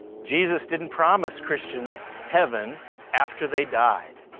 jesus didn't promise christians heaven after they died.